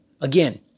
Again